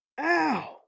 Ow